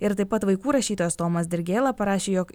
ir taip pat vaikų rašytojas tomas dirgėla parašė jog